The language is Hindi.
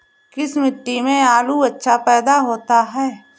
किस मिट्टी में आलू अच्छा पैदा होता है?